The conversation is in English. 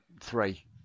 three